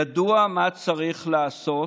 ידוע מה צריך לעשות,